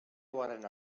oharren